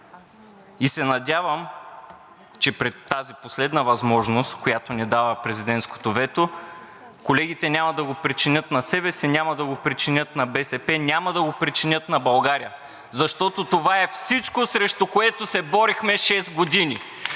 И се надявам, че пред тази последна възможност, която ни дава президентското вето, колегите няма да го причинят на себе си, няма да го причинят на БСП, няма да го причинят на България, защото това е всичко, срещу което се борихме шест години.